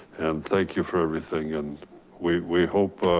and thank you for everything. and we we hope